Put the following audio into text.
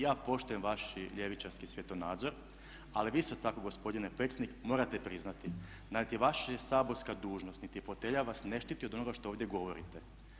Ja poštujem vaš ljevičarski svjetonazor ali vi isto tako gospodine Pecnik morate priznati da niti vaša saborska dužnost, niti fotelja vas ne štiti od onoga što ovdje govorite.